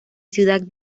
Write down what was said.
ciudad